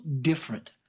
different